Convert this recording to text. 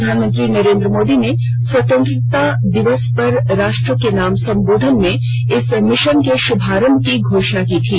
प्रधानमंत्री नरेन्द्र मोदी ने स्वतंत्रता दिवस पर राष्ट्र के नाम संबोधन में इस मिशन के शुभारंभ की घोषणा की थी